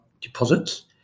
deposits